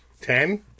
Ten